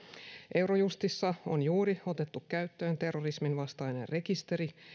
eurojustissa on juuri otettu käyttöön terrorisminvastainen rekisteri